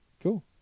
Cool